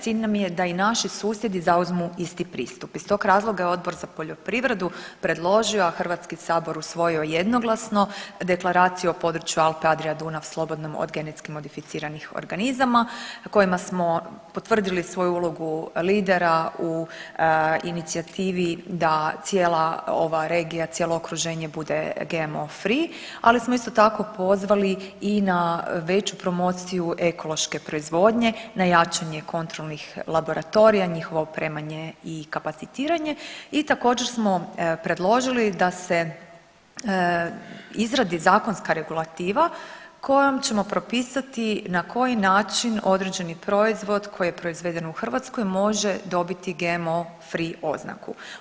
Cilj nam je da i naši susjedi zauzmu isti pristup i iz tog razloga je Odbor za poljoprivredu predložio, a HS usvojio jednoglasno Deklaraciju o području Alpe-Adria-Dunav slobodnom od GMO kojima smo potvrdili svoju ulogu lidera u inicijativi da cijela ova regija, cijelo okruženje bude GMO free, ali smo isto tako pozvali i na veću promociju ekološke proizvodnje, na jačanje kontrolnih laboratorija, njihovo opremanje i kapacitiranje i također smo predložili da se izradi zakonska regulativa kojom ćemo propisati na koji način određeni proizvod koji je proizveden u Hrvatskoj može dobiti GMO free oznaku.